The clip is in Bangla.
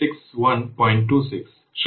সুতরাং এটি 66126